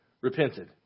repented